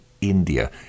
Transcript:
India